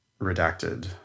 redacted